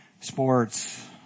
sports